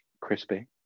crispy